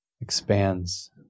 expands